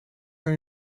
were